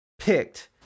picked